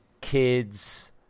kids